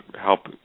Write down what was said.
help